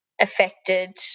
affected